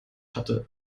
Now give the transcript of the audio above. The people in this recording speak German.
hatte